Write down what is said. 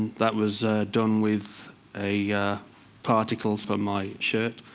that was done with a particle from my shirt.